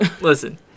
listen